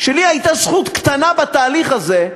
ולי הייתה זכות קטנה בתהליך הזה,